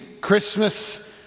Christmas